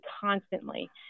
constantly